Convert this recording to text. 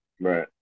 right